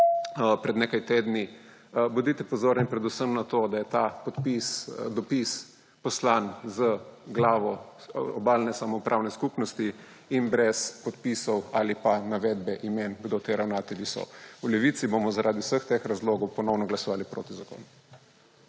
pred nekaj tedni. Bodite pozorni predvsem na to, da je ta dopis poslan z glavo Obalne samoupravne skupnosti in brez podpisov ali pa navedbe imen, kdo ti ravnatelji so. V Levici bomo zaradi vseh teh razlogov ponovno glasovali proti zakonu.